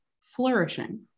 flourishing